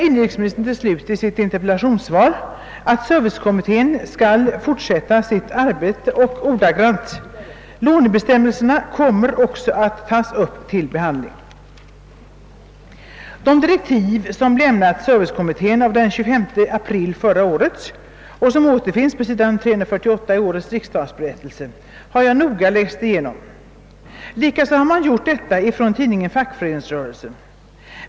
Inrikesministern anför i slutet av sitt interpellationssvar att servicekommittén skall fotsätta sitt arbete och tillägger: - »Lånebestämmelserna kommer också att tas upp till behandling.» De direktiv som lämnades servicekommittén den 25 april i fjol och som återfinns på s. 348 ff. i årets riksdagsberättelse har jag noga läst igenom. Likaså har medarbetare i tidningen Fackföreningsrörelsen gjort det.